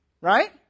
right